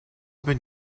been